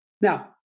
Now